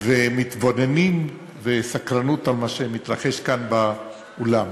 ומתבוננים בסקרנות על מה שמתרחש כאן באולם,